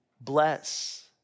bless